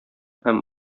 һәм